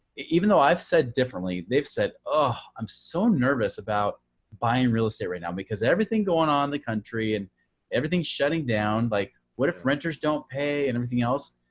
even though i've said differently, they've said, oh, i'm so nervous about buying real estate right now because everything going on in the country and everything's shutting down, like what if renters don't pay and everything else?